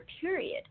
period